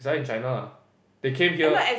study in China lah they came here